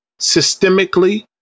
systemically